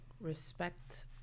respect